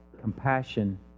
compassion